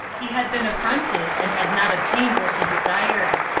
he had been affronted, and had not obtained what he desired.